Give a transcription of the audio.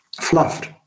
fluffed